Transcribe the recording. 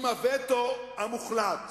ובין הווטו המוחלט